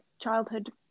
Childhood